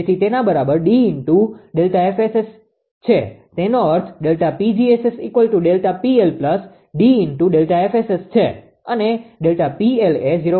તેથી તેના બરાબર 𝐷 × ΔFSS છે તેનો અર્થ ΔPg𝑆𝑆 ΔPL 𝐷ΔFSS છે અને ΔPL એ 0